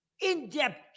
in-depth